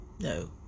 No